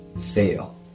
fail